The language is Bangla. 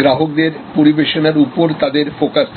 গ্রাহকদের পরিবেশনার উপর তাদের ফোকাস থাকে